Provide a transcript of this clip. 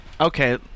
Okay